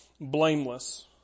blameless